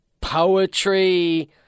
poetry